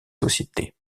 sociétés